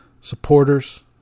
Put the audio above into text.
supporters